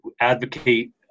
advocate